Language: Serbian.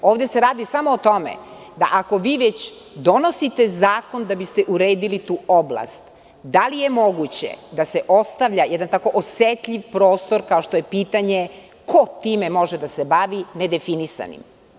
Ovde se radi samo o tome da ako vi već donosite zakon da biste uredili tu oblast, da li je moguće da se ostavlja jedan tako osetljiv prostor kao što je pitanje ko time može da se bavi nedefinisanim?